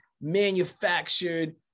manufactured